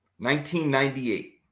1998